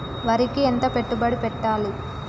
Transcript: వరికి ఎంత పెట్టుబడి పెట్టాలి?